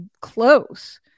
close